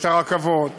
את הרכבות,